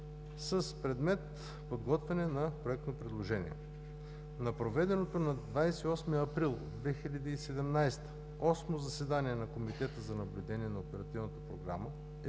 с предмет „Подготвяне на проектно предложение“. На проведеното на 28 април 2017 г. осмо заседание на Комитета за наблюдение на Оперативната програма